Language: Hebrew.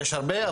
יש הרבה,